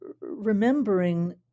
remembering